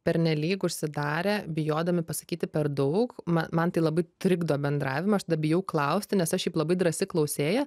pernelyg užsidarę bijodami pasakyti per daug man man tai labai trikdo bendravimą aš bijau klausti nes aš šiaip labai drąsi klausėja